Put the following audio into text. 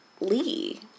Lee